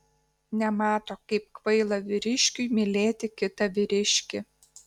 nemato kaip kvaila vyriškiui mylėti kitą vyriškį